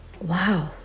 Wow